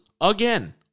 again